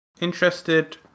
interested